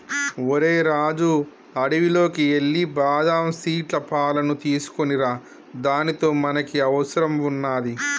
ఓరై రాజు అడవిలోకి ఎల్లి బాదం సీట్ల పాలును తీసుకోనిరా దానితో మనకి అవసరం వున్నాది